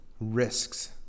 risks